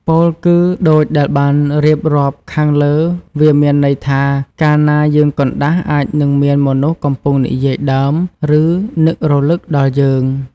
ពោលគឺដូចដែលបានរៀបរាប់ខាងលើ វាមានន័យថា កាលណាយើងកណ្ដាស់ អាចនឹងមានមនុស្សកំពុងនិយាយដើម ឬ នឹករឭកដល់យើង។